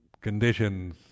conditions